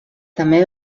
també